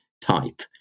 type